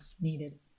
needed